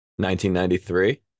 1993